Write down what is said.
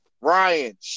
Ryan